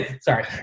sorry